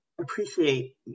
appreciate